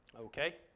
Okay